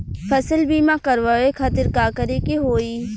फसल बीमा करवाए खातिर का करे के होई?